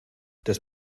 das